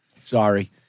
Sorry